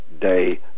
day